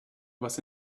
was